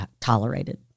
tolerated